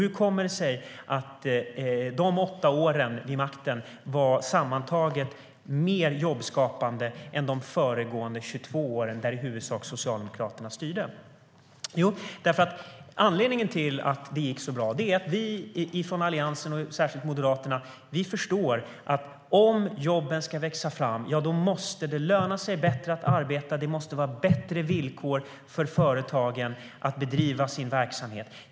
Hur kommer det sig att Alliansens åtta år vid makten sammantaget var mer jobbskapande än de föregående 22 åren när i huvudsak Socialdemokraterna styrde? Anledningen till att det gick så bra var att vi i Alliansen, och särskilt Moderaterna, förstår att om jobben ska växa fram måste det löna sig bättre att arbeta, och det måste vara bättre villkor för företagen att bedriva sin verksamhet.